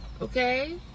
Okay